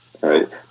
right